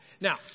Now